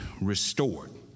restored